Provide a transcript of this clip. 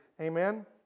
Amen